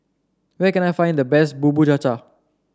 where can I find the best Bubur Cha Cha